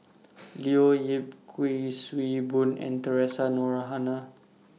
Leo Yip Kuik Swee Boon and Theresa Noronha